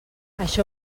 això